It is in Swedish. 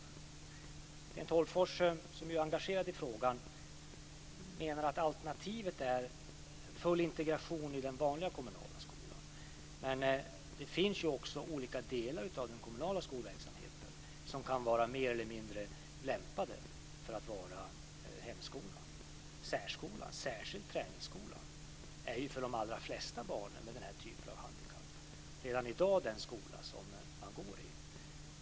Sten Tolgfors, som ju är engagerad i frågan, menar att alternativet är full integrationen i den vanliga kommunala skolan, men det finns ju olika delar av den kommunala skolverksamheten som kan vara mer eller mindre lämpade som hemskola. Särskolan, särskilt träningsskolan, är ju för de allra flesta barn med den här typen av handikapp redan i dag den skola som man går i.